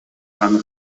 аны